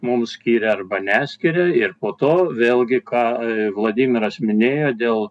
mums skiria arba neskiria ir po to vėlgi ką vladimiras minėjo dėl